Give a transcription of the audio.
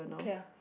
clear